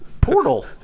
portal